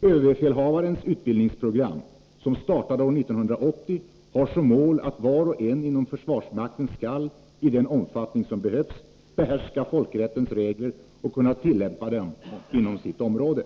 Överbefälhavarens utbildningsprogram, som startade år 1980, har som mål att var och en inom försvarsmakten skall —i den omfattning som behövs — behärska folkrättens regler och kunna tillämpa dem inom sitt område.